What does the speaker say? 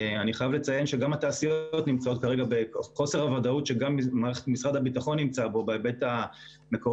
אני חייב לציין שחוסר הוודאות שמשרד הביטחון נמצא בו בהיבט המקורות